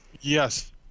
Yes